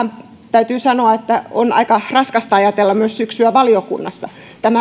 täytyy sanoa että on aika raskasta ajatella syksyä myös valiokunnassa